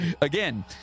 Again